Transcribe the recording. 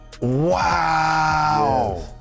Wow